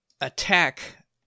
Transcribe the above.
attack